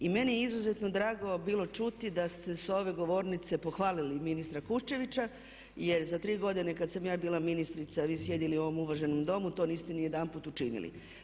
I meni je izuzetno drago bilo čuti da ste s ove govornice pohvalili ministra Kuščevića jer za tri godine kad sam ja bila ministrica vi sjedili u ovom uvaženom Domu to niste ni jedanput učinili.